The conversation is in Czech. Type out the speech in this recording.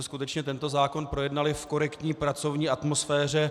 Skutečně jsme tento zákon projednali v korektní pracovní atmosféře.